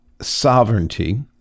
sovereignty